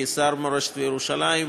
כשר מורשת וירושלים,